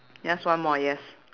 yes one more yes